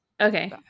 Okay